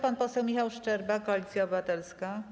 Pan poseł Michał Szczerba, Koalicja Obywatelska.